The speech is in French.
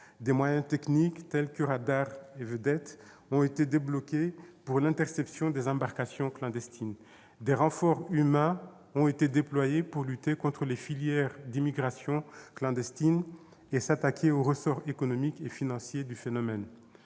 des moyens techniques, tels que radars et vedettes, ont été débloqués pour l'interception des embarcations clandestines ; des renforts humains ont été déployés pour lutter contre les filières d'immigration clandestine et s'attaquer aux ressorts économiques et financiers du phénomène.